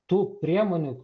tų priemonių